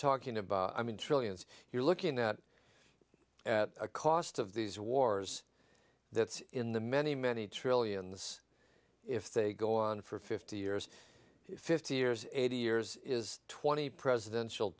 talking about i mean trillions you're looking at at a cost of these wars that in the many many trillions if they go on for fifty years fifty years eighty years is twenty presidential